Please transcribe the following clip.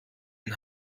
den